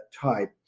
type